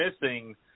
missing